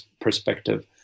perspective